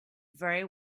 very